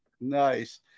nice